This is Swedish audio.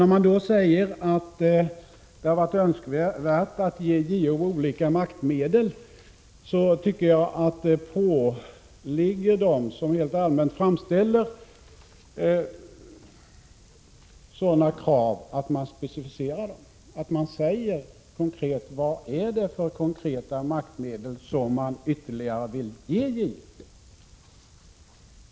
När man säger att det hade varit önskvärt att ge JO olika nya maktmedel tycker jag att det åligger dem som rent allmänt framställer sådana krav att specificera dessa och konkret redovisa vilka maktmedel man ytterligare vill ge JO.